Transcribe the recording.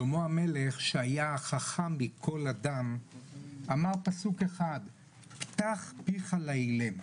שלמה המלך שהיה החכם מכל אדם אמר פסוק אחד "פתח פיך לאילם",